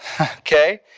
okay